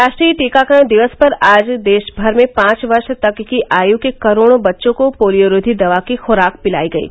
राष्ट्रीय टीकाकरण दिवस पर आज देश भर में पांच वर्ष तक की आयु के करोड़ों बच्चों को पोलियोरोधी दवा की खुराक पिलायी गयी